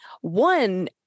One